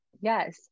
yes